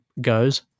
goes